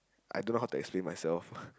I don't know how to explain myself